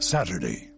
Saturday